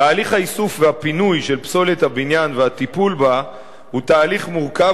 תהליך האיסוף והפינוי של פסולת הבניין והטיפול בה הוא תהליך מורכב,